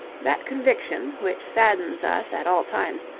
that conviction, which saddens us at all times,